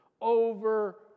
over